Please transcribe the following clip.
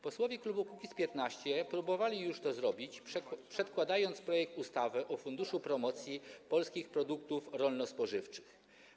Posłowie klubu Kukiz’15 próbowali już to zrobić, przedkładając projekt ustawy o funduszu promocji polskich produktów rolno-spożywczych.